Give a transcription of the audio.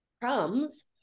crumbs